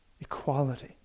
equality